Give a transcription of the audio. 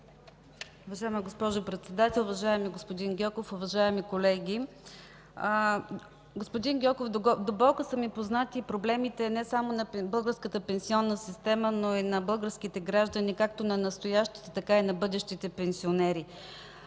уважаеми господин Гьоков, уважаеми колеги! Господин Гьоков, до болка са ми познати проблемите не само на българската пенсионна система, но и на българските граждани – както на настоящите, така и на бъдещите пенсионери.